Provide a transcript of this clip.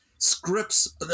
Scripts